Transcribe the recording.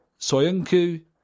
Soyunku